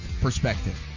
perspective